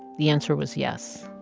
the answer was yes.